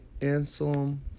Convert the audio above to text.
Anselm